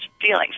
feelings